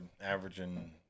averaging